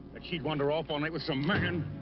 that she'd wander off all night with some man?